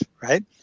right